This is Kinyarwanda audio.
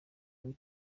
kuri